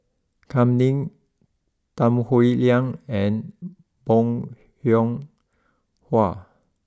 Kam Ning Tan Howe Liang and Bong Hiong Hwa